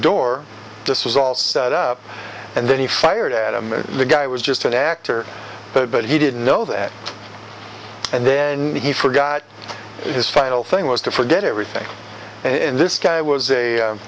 door this was all set up and then he fired at them and the guy was just an actor but he didn't know that and then he forgot his final thing was to forget everything and this guy was a